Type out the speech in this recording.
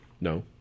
No